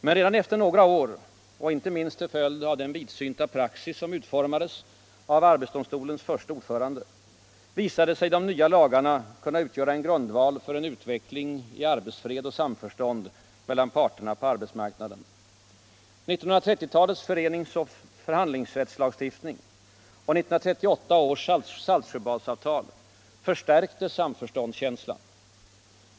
Men redan efter några år — och inte minst till följd av den vidsynta praxis som utformades av arbetsdomstolens förste ordförande — visade sig de nya lagarna kunna utgöra en grundval för en utveckling i arbetsfred och samförstånd mellan parterna på arbetsmarknaden. 1930-talets föreningsoch förhandlingsrättslagstiftning och 1938 års Saltsjöbadsavtal förstärkte samförståndskänslan.